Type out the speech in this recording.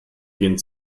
gehen